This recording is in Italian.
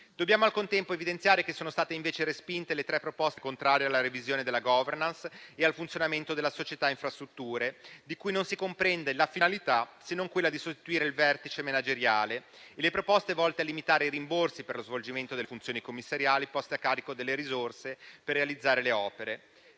Dobbiamo al contempo evidenziare che sono state invece respinte le tre proposte contrarie alla revisione della *governance* e al funzionamento della Società Infrastrutture Milano-Cortina 2016, di cui non si comprende la finalità, se non quella di sostituire il vertice manageriale, e le proposte volte a limitare i rimborsi per lo svolgimento delle funzioni commissariali poste a carico delle risorse per realizzare le opere.